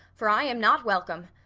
for i am not welcome.